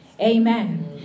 amen